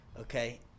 okay